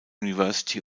university